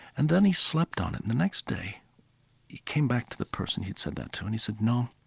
and then he slept on it, and the next day he came back to the person he'd said that to, and he said, no,